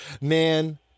Man